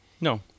No